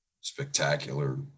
spectacular